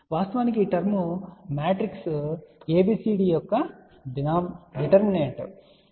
వాస్తవానికి ఈ term matrix ABCD యొక్క డిటర్మినాంట్ కి అనుగుణంగా ఉంటుంది